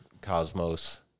cosmos